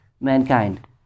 mankind